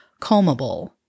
combable